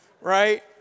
Right